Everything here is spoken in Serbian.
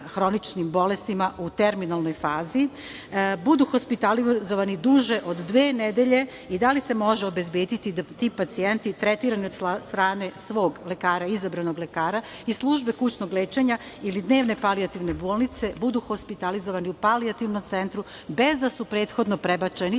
hroničnim bolestima, u terminalnoj fazi budu hospitalizovani duže od dve nedelje? Da li se može obezbediti da ti pacijenti tretirani od strane svog lekara, izabranog lekara, i službe kućnog lečenja ili dnevne palijativne bolnice budu hospitalizovani u palijativnom centru bez da su prethodno prebačeni